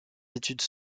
études